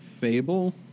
Fable